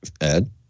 Ed